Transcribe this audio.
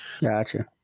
Gotcha